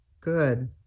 good